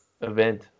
event